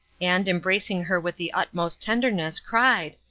and, embracing her with the utmost tenderness, cried,